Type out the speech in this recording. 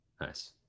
Nice